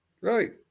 Right